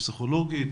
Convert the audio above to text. פסיכולוגית?